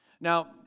Now